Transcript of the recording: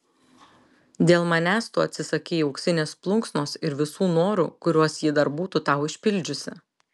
dėl manęs tu atsisakei auksinės plunksnos ir visų norų kuriuos ji dar būtų tau išpildžiusi